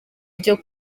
ryo